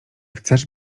chcesz